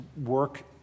work